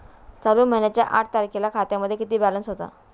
चालू महिन्याच्या आठ तारखेला खात्यामध्ये किती बॅलन्स होता?